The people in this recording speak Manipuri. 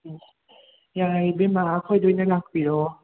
ꯌꯥꯔꯦ ꯏꯕꯦꯝꯃ ꯑꯩꯈꯣꯏꯗ ꯑꯣꯏꯅ ꯂꯥꯛꯄꯤꯔꯣ